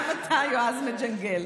גם אתה, יועז, מג'נגל.